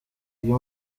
iyo